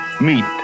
meet